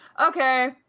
Okay